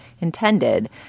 intended